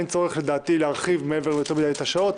לדעתי אין צורך להרחיב יותר מדי את השעות.